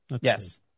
Yes